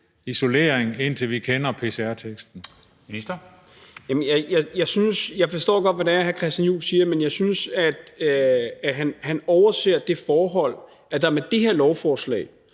Beskæftigelsesministeren (Peter Hummelgaard): Jeg forstår godt, hvad det er, hr. Christian Juhl siger, men jeg synes, at han overser det forhold, at der med det her lovforslag